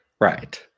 Right